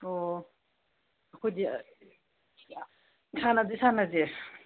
ꯑꯣ ꯑꯩꯈꯣꯏꯗꯤ ꯁꯥꯟꯅꯁꯦ ꯁꯥꯟꯅꯁꯦ